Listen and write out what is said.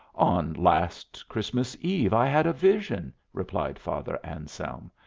on last christmas eve i had a vision, replied father anselm.